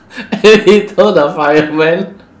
and he told the fireman